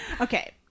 Okay